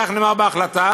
כך נאמר בהחלטה,